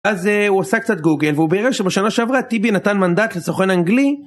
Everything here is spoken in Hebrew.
אז הוא עשה קצת גוגל והוא בירר שבשנה שעברה טיבי נתן מנדט לסוכן אנגלי